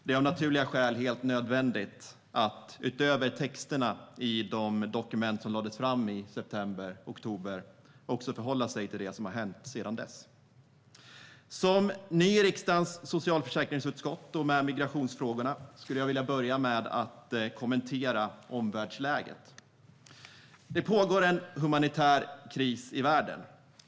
Det är av naturliga skäl helt nödvändigt att utöver texterna i de dokument som lades fram i september oktober förhålla sig till det som har hänt sedan dess. Som ny i riksdagens socialförsäkringsutskott och i migrationsfrågorna vill jag börja med att kommentera omvärldsläget. Det pågår en humanitär kris i världen.